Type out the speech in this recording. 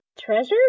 treasure